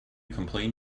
complain